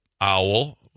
owl